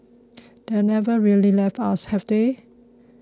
they've never really left us have they